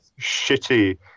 Shitty